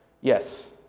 Yes